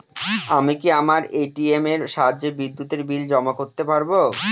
আমি কি আমার এ.টি.এম এর সাহায্যে বিদ্যুতের বিল জমা করতে পারব?